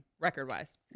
record-wise